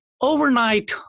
overnight